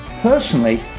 Personally